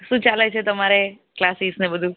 શું ચાલે છે તમારે ક્લાસિસને બધું